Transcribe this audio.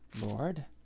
Lord